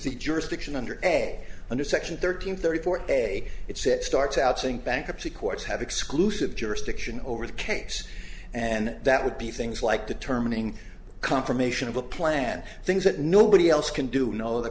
the jurisdiction under way under section thirteen thirty four a it's it starts out saying bankruptcy courts have exclusive jurisdiction over the case and that would be things like determining confirmation of a plan things that nobody else can do